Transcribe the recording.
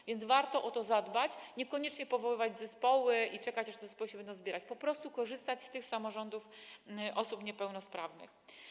A więc warto o to zadbać, niekoniecznie powoływać zespoły i czekać, aż te zespoły się będą zbierać, tylko po prostu korzystać z pomocy samorządów osób niepełnosprawnych.